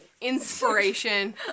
Inspiration